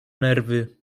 nerwy